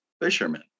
fishermen